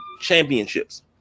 championships